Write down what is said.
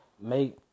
make